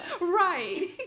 Right